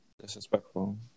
disrespectful